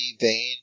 vein